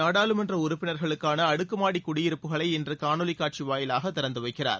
நாடாளுமன்ற உறுப்பினர்களுக்கான அடுக்குமாடிக் குடியிருப்புகளை இன்று காணொலிக் காட்சி வாயிலாகத் திறந்து வைக்கிறார்